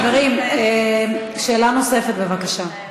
חברים, שאלה נוספת, בבקשה.